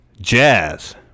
Jazz